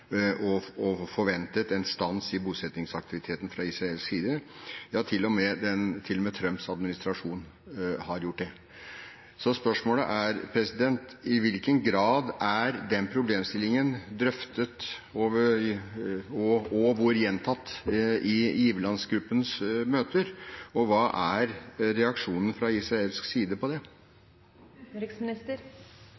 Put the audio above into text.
på og forventet en stans i bosettingsaktiviteten fra israelsk side, ja til og med Trumps administrasjon har gjort det. Så spørsmålet er: I hvilken grad er den problemstillingen drøftet og gjentatt i giverlandsgruppens møter, og hva er reaksjonen fra israelsk side på det?